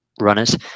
runners